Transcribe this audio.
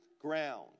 ground